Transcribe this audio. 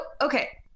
okay